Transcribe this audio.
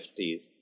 50s